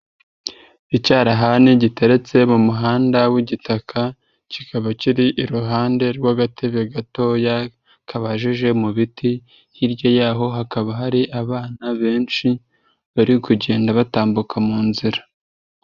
Icyarahani giteretse mu muhanda w'igitaka, kikaba kiri iruhande rw'agatebe gatoya kabajije mu biti, hirya yaho hakaba hari abana benshi bari kugenda batambuka mu nzira.